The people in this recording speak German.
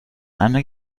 einmal